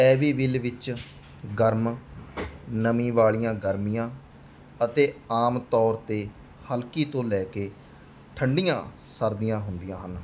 Abbeville ਵਿੱਚ ਗਰਮ ਨਮੀ ਵਾਲੀਆਂ ਗਰਮੀਆਂ ਅਤੇ ਆਮ ਤੌਰ 'ਤੇ ਹਲਕੀ ਤੋਂ ਲੈ ਕੇ ਠੰਡੀਆਂ ਸਰਦੀਆਂ ਹੁੰਦੀਆਂ ਹਨ